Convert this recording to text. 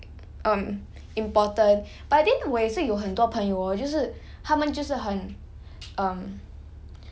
um important but I think 我也是有很多朋友 hor 就是他们就是很 um